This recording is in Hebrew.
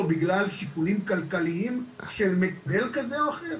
בגלל שיקולים כלכליים של מגדל כזה או אחר?